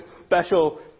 special